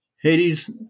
Hades